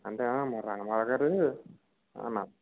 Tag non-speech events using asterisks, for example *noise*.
అంతేనా మన రామారావుగారు *unintelligible*